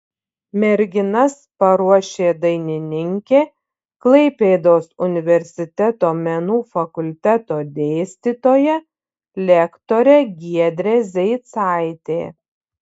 merginas paruošė dainininkė klaipėdos universiteto menų fakulteto dėstytoja lektorė giedrė zeicaitė